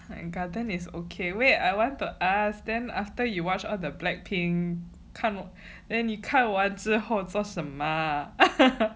my garden is okay wait I want to ask then after you watch all the blackpink then 你看完之后做什么